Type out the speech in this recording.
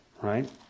right